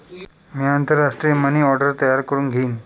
मी आंतरराष्ट्रीय money order तयार करुन घेईन